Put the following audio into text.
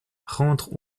rentrent